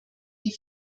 die